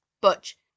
Butch